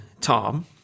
Tom